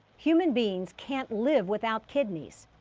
human beings can't live without kidneys.